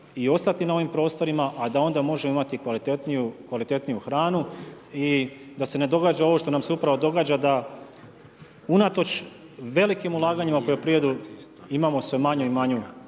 i ostati na ovim prostorima, a da onda možemo imati kvalitetniju hranu i da se ne događa ovo što nam se upravo događa da unatoč velikim ulaganjima u poljoprivredu imamo sve manju i manju